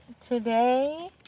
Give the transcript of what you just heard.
today